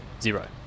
zero